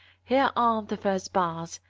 here are the first bars.